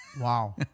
Wow